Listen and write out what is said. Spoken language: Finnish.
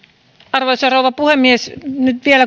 arvoisa rouva puhemies nyt vielä